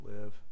live